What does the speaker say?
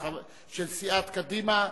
של סיעת קדימה,